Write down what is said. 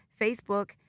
facebook